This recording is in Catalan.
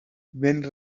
vent